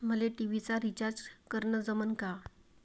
मले टी.व्ही चा रिचार्ज करन जमन का?